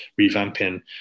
revamping